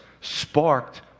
sparked